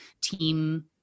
team